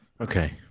Okay